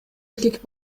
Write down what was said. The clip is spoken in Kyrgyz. эркек